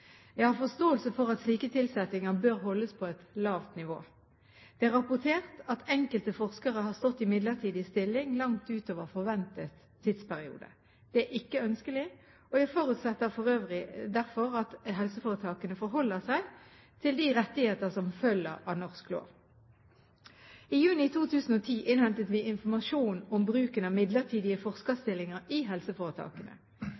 Jeg har forståelse for at slike tilsettinger bør holdes på et lavt nivå. Det er rapportert at enkelte forskere har stått i midlertidig stilling langt utover forventet tidsperiode. Det er ikke ønskelig. Jeg forutsetter for øvrig derfor at helseforetakene forholder seg til de rettigheter som følger av norsk lov. I juni 2010 innhentet vi informasjon om bruken av midlertidige